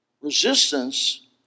Resistance